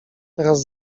teraz